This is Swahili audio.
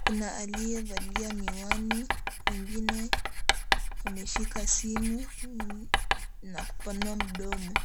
kuna aliye valia miwani wengine wameshika simu na kupanua mdomo.